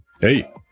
Hey